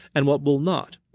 and what will not?